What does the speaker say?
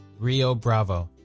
rio bravo.